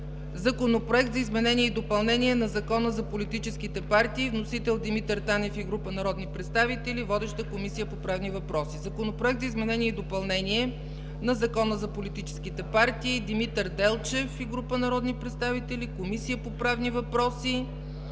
Законопроект за изменение и допълнение на Закона за политическите партии. Вносители – Димитър Танев и група народни представители. Водеща е Комисията по правни въпроси. Законопроект за изменение и допълнение на Закона за политическите партии. Вносители – Димитър Делчев и група народни представители. Водеща е Комисията по правни въпроси.